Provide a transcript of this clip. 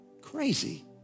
crazy